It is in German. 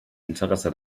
interesse